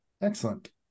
Excellent